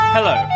Hello